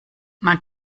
man